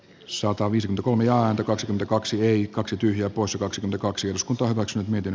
sota viisi kolme ja häntä kaksi kaksi kaksi tyhjää poissa kaksi kaksi osku torrokset miten